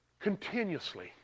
continuously